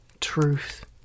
truth